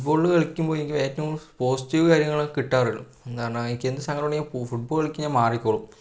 football കളിക്കുമ്പോൾ എനിക്ക് ഏറ്റവും പോസിറ്റീവ് കാര്യങ്ങളേ കിട്ടാറുള്ളൂ എന്ന് പറഞ്ഞാൽ എനിക്ക് എന്ത് സങ്കടം ഉണ്ടെങ്കിലും ഫുട്ബോള് കളിക്ക് ഞാൻ മാറിക്കോളും